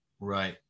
Right